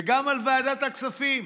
וגם על ועדת הכספים.